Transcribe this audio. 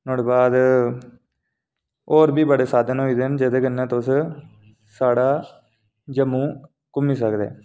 नुआढ़े बाद होर बी बडे़ साधन होई गेदे जेह्दे कन्नै तुस साढ़ा जम्मू घूमी सकदे ओ